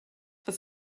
was